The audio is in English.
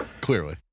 Clearly